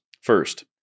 First